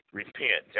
repent